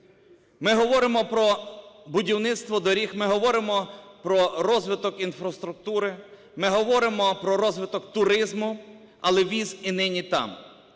Ми говоримо про будівництво доріг, ми говоримо про розвиток інфраструктури, ми говоримо про розвиток туризму, але віз і нині там.